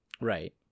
Right